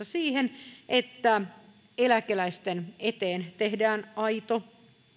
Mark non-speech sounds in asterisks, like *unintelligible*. *unintelligible* siihen että eläkeläisten eteen tehdään aito